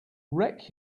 wreck